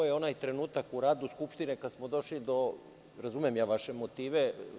Ovo je onaj trenutak u radu Skupštine kada smo došli, i razumemo vaše motive.